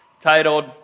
titled